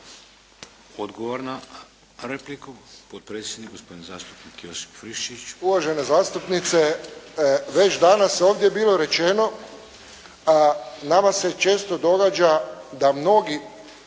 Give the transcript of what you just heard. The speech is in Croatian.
Odgovor na repliku, potpredsjednik gospodin zastupnik Josip Friščić. **Friščić, Josip (HSS)** Uvažena zastupnice, već danas je ovdje bilo rečeno, nama se često događa da mnogi